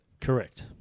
Correct